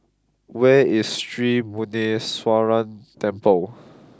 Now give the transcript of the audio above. where is Sri Muneeswaran Temple